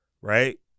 Right